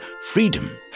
freedom